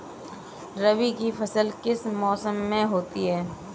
रबी की फसल किस मौसम में होती है?